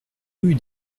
rue